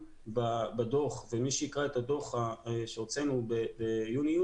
בדוח ומי שייקרא את הדוח שהוצאנו ביוני-יולי,